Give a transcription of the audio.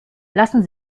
lassen